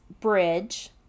bridge